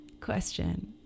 Question